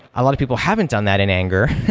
a lot of people haven't done that in anger,